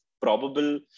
probable